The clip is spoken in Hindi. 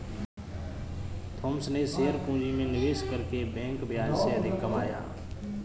थॉमस ने शेयर पूंजी में निवेश करके बैंक ब्याज से अधिक कमाया